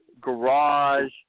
garage